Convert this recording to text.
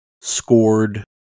scored